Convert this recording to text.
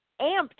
amped